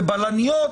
לבלניות.